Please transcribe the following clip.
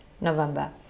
November